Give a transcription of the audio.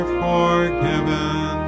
forgiven